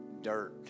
dirt